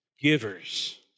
Givers